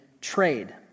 trade